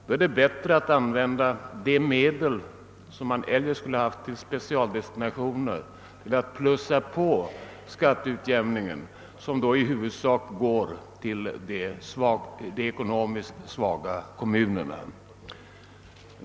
Det är bättre att använda de medel, som vi eljest skulle ha haft till specialdestinationer, till att öka skatteutjämningsbidraget som i huvudsak går till de ekonomiskt svaga kommunerna.